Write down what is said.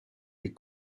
les